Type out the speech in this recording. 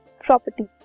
properties